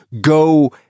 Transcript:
go